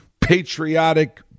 patriotic